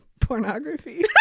pornography